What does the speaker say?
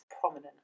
prominent